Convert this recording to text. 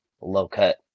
low-cut